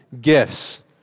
gifts